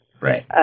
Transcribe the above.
Right